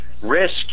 risk